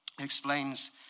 explains